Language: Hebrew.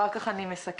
אחר כך אני מסכמת.